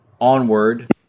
onward